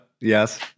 yes